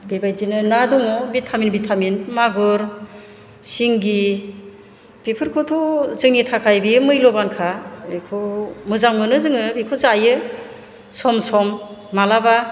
बेबायदिनो ना दङ भिटामिन भिटामिन मागुर सिंगि बिफोरखौथ' जोंनि थाखाय बेयो मुइल्ल'बानखा बेखौ मोजां मोनो जोङो बेखौ जायो सम सम माब्लाबा